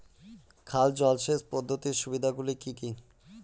খাল জলসেচ পদ্ধতির সুবিধাগুলি কি কি?